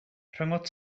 rhyngot